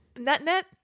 net-net